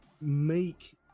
make